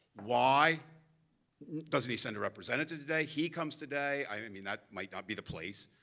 why doesn't he send a representative today? he comes today. i mean that might not be the place,